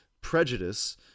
prejudice